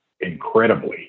incredibly